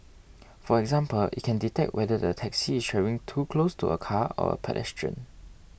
for example it can detect whether the taxi is travelling too close to a car or a pedestrian